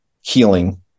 healing